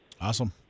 Awesome